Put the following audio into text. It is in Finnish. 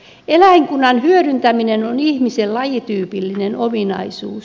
eläinkunnan hyödyntäminen on ihmisen lajityypillinen ominaisuus